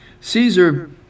Caesar